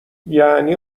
یعنی